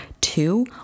Two